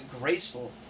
graceful